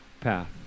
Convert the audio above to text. path